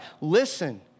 listen